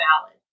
valid